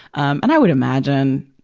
and i would imagine,